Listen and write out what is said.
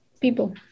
people